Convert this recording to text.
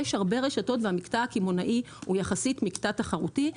יש הרבה רשתות והמקטע הקמעונאי הוא יחסית מקטע תחרותי.